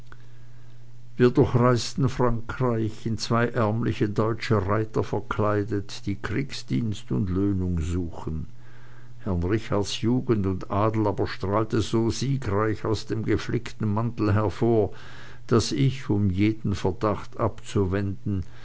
wir durchritten frankreich in zwei ärmliche deutsche reiter verkleidet die kriegsdienst und löhnung suchen herrn richards jugend und adel aber strahlte so siegreich aus dem geflickten mantel hervor daß ich um jeden verdacht abzuwenden